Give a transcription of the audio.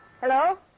Hello